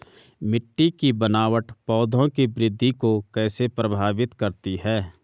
मिट्टी की बनावट पौधों की वृद्धि को कैसे प्रभावित करती है?